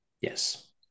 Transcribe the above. Yes